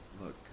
Look